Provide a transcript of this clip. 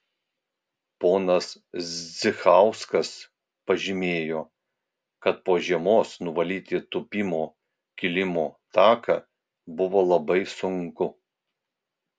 ponas zdzichauskas pažymėjo kad po žiemos nuvalyti tūpimo kilimo taką buvo labai sunku